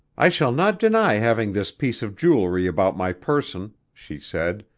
i shall not deny having this piece of jewelry about my person, she said,